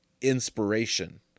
inspiration